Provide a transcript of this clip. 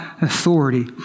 authority